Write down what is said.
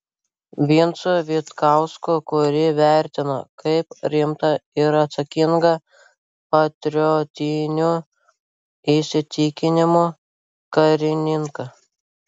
vincu vitkausku kurį vertino kaip rimtą ir atsakingą patriotinių įsitikinimų karininką